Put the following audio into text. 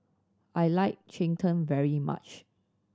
I like cheng tng very much